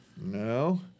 No